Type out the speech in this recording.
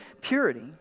purity